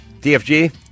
DFG